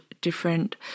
different